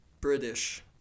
British